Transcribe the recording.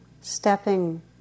stepping